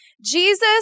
Jesus